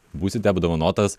būsite apdovanotas